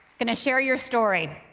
gonna share your story.